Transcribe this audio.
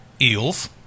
Eels